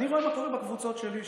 אני רואה מה קורה בקבוצות שלי,